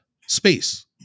space